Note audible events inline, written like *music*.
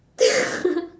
*laughs*